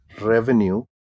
revenue